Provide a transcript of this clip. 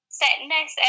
sadness